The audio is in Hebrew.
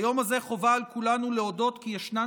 ביום הזה חובה על כולנו להודות כי ישנן